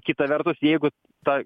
kita vertus jeigu ta